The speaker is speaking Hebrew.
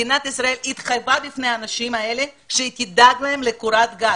מדינת ישראל התחייבה בפניהם שתדאג להם לקורת גג,